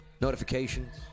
Notifications